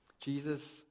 Jesus